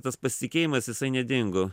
tas pasitikėjimas jisai nedingo